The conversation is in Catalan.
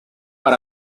per